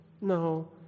No